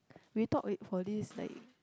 we talk with for this like